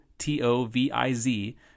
T-O-V-I-Z